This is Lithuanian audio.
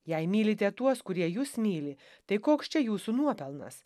jei mylite tuos kurie jus myli tai koks čia jūsų nuopelnas